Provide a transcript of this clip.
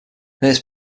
this